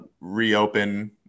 reopen